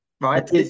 right